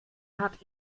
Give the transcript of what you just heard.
hat